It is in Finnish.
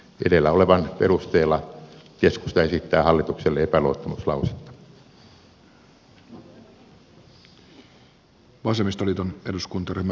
edellä olevan perusteella keskusta esittää hallitukselle epäluottamuslausetta